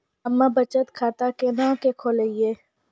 हम्मे बचत खाता केना के खोलियै?